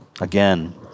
Again